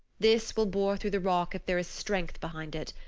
this will bore through the rock if there is strength behind it.